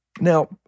Now